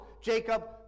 Jacob